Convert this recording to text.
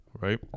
Right